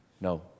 No